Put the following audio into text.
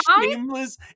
shameless